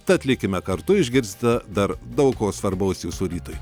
tad likime kartu išgirsite dar daug ko svarbaus jūsų rytui